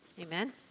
Amen